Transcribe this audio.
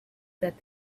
that